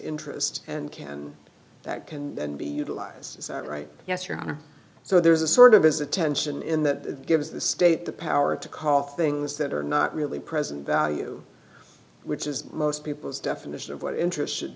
interest and can that can be utilized is that right yes your honor so there's a sort of is a tension in that gives the state the power to call things that are not really present value which is most people's definition of what interests